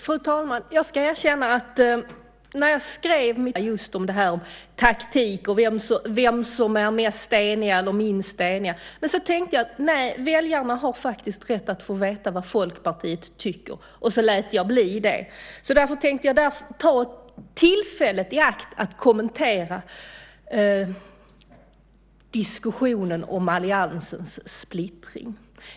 Fru talman! Jag ska erkänna att när jag skrev mitt tal till den här debatten funderade jag allvarligt på att låta en stor del handla om detta med taktik och vilka som är mest eller minst eniga. Men så tänkte jag att väljarna faktiskt har rätt att få veta vad Folkpartiet tycker, och så lät jag bli det. Därför tänkte jag nu ta tillfället i akt att kommentera diskussionen om alliansens splittring.